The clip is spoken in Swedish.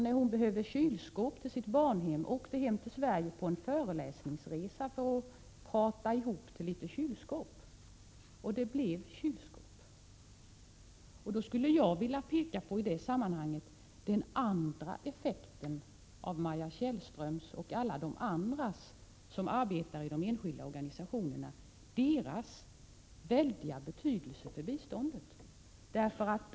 När hon behövde kylskåp till sitt barnhem åkte hon hem till Sverige på en föreläsningsresa, för att prata ihop till litet kylskåp — och det blev kylskåp. I det sammanhanget skulle jag vilja peka på den andra effekten av det arbete som Maja Tjellström och alla de andra i de enskilda organisationerna utför, vilken väldig betydelse som de har för biståndet.